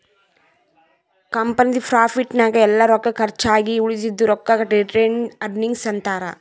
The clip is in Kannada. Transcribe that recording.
ಕಂಪನಿದು ಪ್ರಾಫಿಟ್ ನಾಗ್ ಎಲ್ಲಾ ರೊಕ್ಕಾ ಕರ್ಚ್ ಆಗಿ ಉಳದಿದು ರೊಕ್ಕಾಗ ರಿಟೈನ್ಡ್ ಅರ್ನಿಂಗ್ಸ್ ಅಂತಾರ